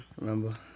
Remember